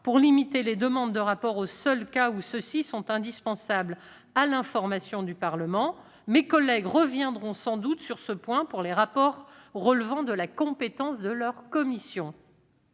pour limiter les demandes de rapports aux seuls cas où ceux-ci sont indispensables à l'information du Parlement. Mes collègues reviendront sans doute sur ce point pour les rapports relevant de la compétence de leur commission.